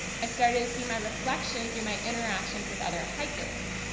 i started to see my reflection through my interactions with other hikers.